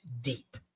deep